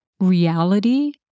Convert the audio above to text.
reality